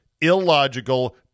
illogical